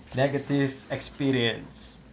negative experience